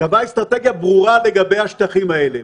-- קבעה אסטרטגיה ברורה לגבי השטחים האלה.